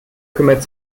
kümmert